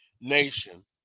Nation